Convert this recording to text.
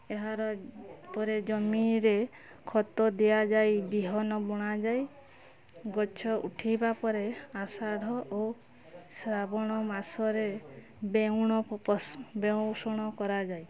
ଏହାର ପରେ ଜମିରେ ଖତ ଦିଆଯାଇ ବିହନ ବୁଣାଯାଇ ଗଛ ଉଠିବା ପରେ ଅଷାଢ଼ ଓ ଶ୍ରାବଣ ମାସରେ ବେଉଣ ପଶ ବେଉଷଣ କରାଯାଏ